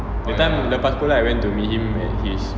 that time leaps sekolah I went to meet him at his